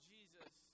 Jesus